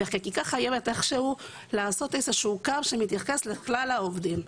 והחקיקה חייבת איכשהו לעשות קו שמתייחס לכלל העובדים.